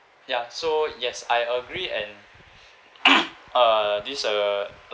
ya so yes I agree and uh this uh